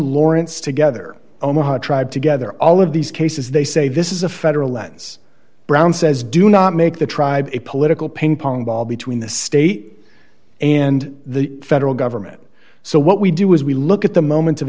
lawrence together omaha tribe together all of these cases they say this is a federal lens brown says do not make the tribe a political ping pong ball between the state and the federal government so what we do is we look at the moment of